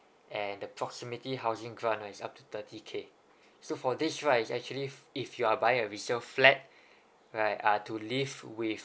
and the proximity housing grant is up to thirty K so for this right is actually if you are buying a resale flat right uh to live with